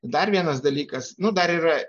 dar vienas dalykas nu dar yra